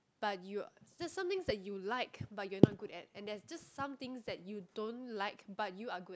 but you something that you like but you're not good at and that just something that you don't like but you are good at